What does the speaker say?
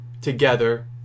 together